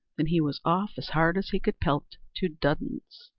than he was off as hard as he could pelt to dudden's.